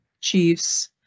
chiefs